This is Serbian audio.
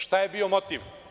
Šta je bio motiv?